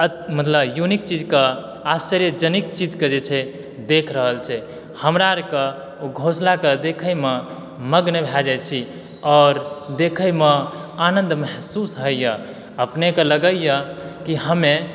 मतलब यूनिक चीजकऽ आश्चर्यजनक चीजकऽ जे छै देखि रहल छै हमरा आरकऽ ओ घोसलाकऽ देखैमे मग्न भए जाइ छी और देखैमे आनन्द महसूस होइए अपनेकऽ लगैए कि हमे कुछ